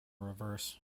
reverse